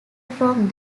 from